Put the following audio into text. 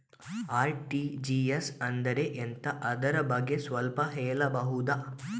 RTGS ಅಂದ್ರೆ ಎಂತ ಅದರ ಬಗ್ಗೆ ಸ್ವಲ್ಪ ಹೇಳಬಹುದ?